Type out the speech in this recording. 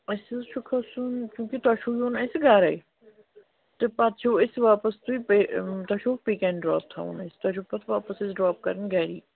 اَسہِ حظ چھُ کھَسُن چوٗنٛکہِ تۄہہِ چھُو یُن اَسہِ گَرے تہٕ پَتہٕ چھِو أسۍ واپَس تُہۍ پے تۄہہِ چھو پِک ایٚنٛڈ ڈرٛاپ تھاوُن اَسہِ تۄہہِ چھو پَتہٕ واپَس أسۍ ڈرٛاپ کَرنۍ گَری